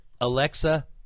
Alexa